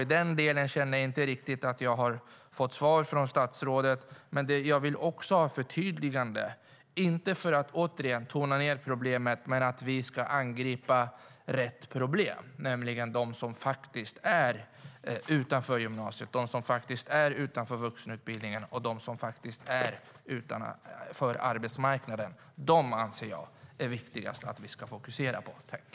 I den delen känner jag inte riktigt att jag har fått svar från statsrådet. Men jag vill också ha ett förtydligande inte för att tona ned problemet utan för att vi ska angripa rätt problem, nämligen de som inte går i gymnasiet, inte studerar i vuxenutbildningen eller står utanför arbetsmarknaden. Jag anser att det är viktigast att fokusera på dem.